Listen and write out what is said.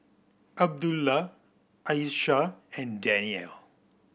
Abdullah Aishah and Danial